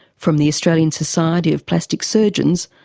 from the australian society of plastic surgeons,